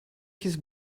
his